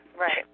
Right